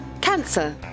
Cancer